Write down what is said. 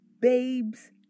babes